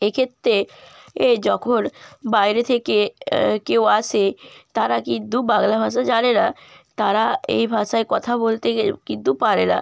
এক্ষেত্রে এ যখন বাইরে থেকে কেউ আসে তারা কিন্তু বাংলা ভাষা জানে না তারা এই ভাষায় কথা বলতে কিন্তু পারে না